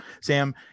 Sam